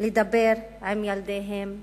לדבר עם ילדיהם בטלפון,